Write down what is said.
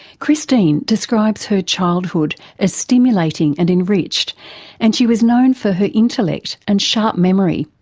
christine describes her childhood as stimulating and enriched and she was known for her intellect and sharp memory.